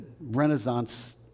Renaissance